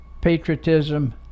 patriotism